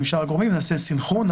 נעשה סנכרון.